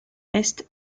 est